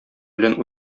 белән